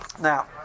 Now